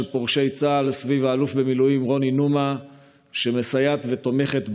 פורשי צה"ל סביב האלוף במילואים רוני נומה שמסייעת ותומכת בעיר.